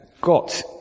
got